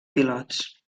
pilots